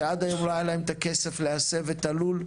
שעד היום לא היה להם את הכסף להסב את הלול,